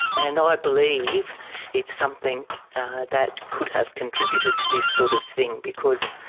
and i believe it's something that could have contributed to this sort of thing because,